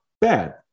bad